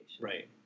Right